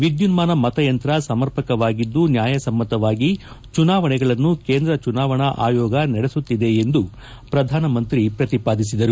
ವಿದ್ದುನ್ನಾನ ಮತಯಂತ್ರ ಸಮರ್ಪಕವಾಗಿದ್ದು ನ್ವಾಯಸಮ್ಮತವಾಗಿ ಚುನಾವಣೆಗಳನ್ನು ಕೇಂದ್ರ ಚುನಾವಣಾ ಆಯೋಗ ನಡೆಸುತ್ತಿದೆ ಎಂದು ಪ್ರಧಾನ ಮಂತ್ರಿ ಅವರು ಪ್ರತಿಪಾದಿಸಿದರು